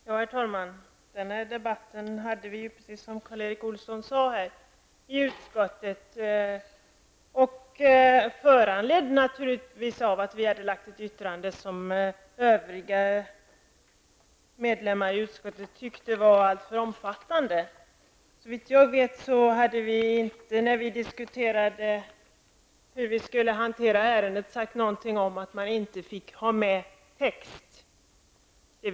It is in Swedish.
Herr talman! Vi har fört denna debatt, precis som Karl Erik Olsson sade, i utskottet. Den var naturligtvis föranledd av att miljöpartiet hade avgivit ett särskilt yttrande som övriga medlemmar av utskottet ansåg alltför omfattande. Såvitt jag vet sade vi i utskottet inte någonting om att man inte fick ha med en text när vi diskuterade hur vi skulle hantera ärendet.